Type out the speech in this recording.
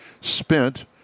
spent